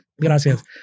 Gracias